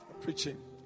preaching